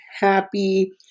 happy